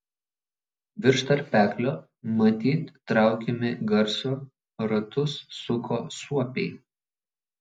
virš tarpeklio matyt traukiami garso ratus suko suopiai